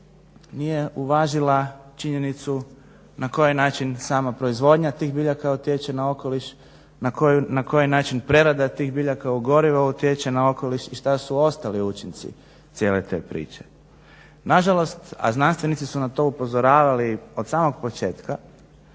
nije uvažila činjenicu na koji način sama proizvodnja tih biljaka utječe na okoliš, na koji način prerada tih biljaka u gorivo utječe na okoliš i šta su ostali učinci cijele te priče. Nažalost, a znanstvenici su na to upozoravali od samog početka,